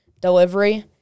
delivery